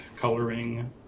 coloring